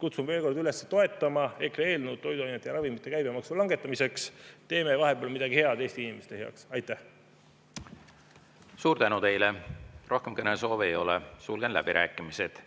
Kutsun veel kord üles toetama EKRE eelnõu toiduainete ja ravimite käibemaksu langetamiseks. Teeme vahepeal ka midagi head Eesti inimeste heaks. Aitäh! Suur tänu teile! Rohkem kõnesoove ei ole, sulgen läbirääkimised.